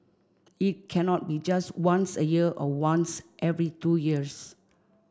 it cannot be just once a year or once every two years